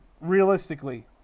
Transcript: realistically